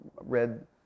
read